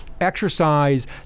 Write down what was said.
exercise